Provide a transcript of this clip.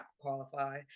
qualify